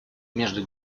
между